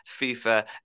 FIFA